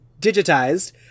digitized